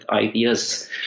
ideas